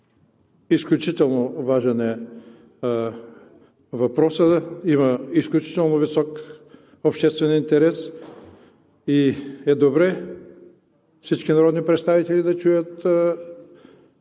Изключително важен е въпросът – има изключително висок обществен интерес и е добре всички народни представители да чуят